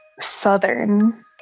southern